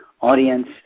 audience